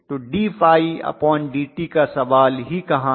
तो d∅dtका सवाल कहां है